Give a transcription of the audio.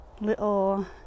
little